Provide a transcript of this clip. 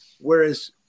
whereas